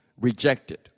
rejected